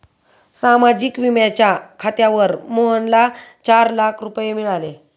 सामाजिक विम्याच्या खात्यावर मोहनला चार लाख रुपये मिळाले